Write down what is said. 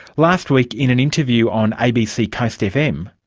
last week in an interview on abc coast fm,